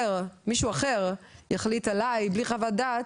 שמישהו אחר יחליט עליי בלי חוות דעת,